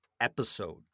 episode